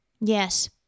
Yes